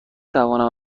توانم